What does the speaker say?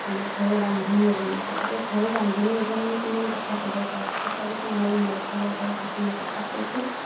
মানে ঘৰৰ ৰান্ধনী এজনী গতিকে ঘৰৰ ৰান্ধনী এজনীয়েনো কিমান কথা ক'ব পাৰে তথাপিতো মই মোৰ ফালৰ পৰা এইখিনি কথা কৈছোঁ